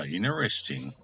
interesting